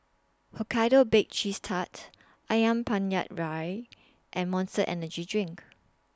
Hokkaido Baked Cheese Tart Ayam Penyet Ria and Monster Energy Drink